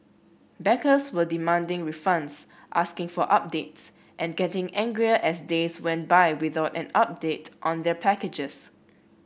backers were demanding refunds asking for updates and getting angrier as days went by without an update on their packages